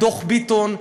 בדוח ביטון,